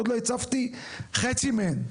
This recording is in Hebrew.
עוד לא הצפתי חצי מהן.